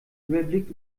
überblick